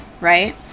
right